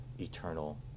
eternal